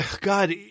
God